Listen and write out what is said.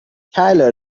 tyler